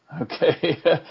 Okay